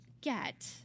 get